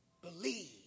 believe